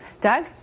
Doug